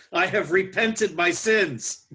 i have repented my sins.